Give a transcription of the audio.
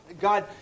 God